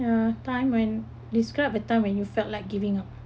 a time when describe a time when you felt like giving up